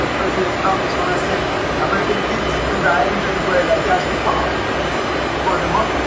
ah president trump is gonna send american kids to die in venezuela. just because for the